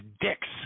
dicks